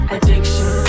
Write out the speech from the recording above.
Addiction